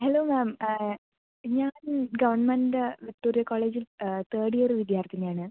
hello ma'am ഞാൻ government Victoria കോളേജിൽ third year വിദ്യാർത്ഥിനിയാണ്